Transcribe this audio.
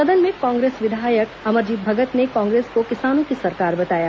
सदन में कांग्रेस विधायक अमरजीत भगत ने कांग्रेस को किसानो की सरकार बताया